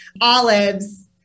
olives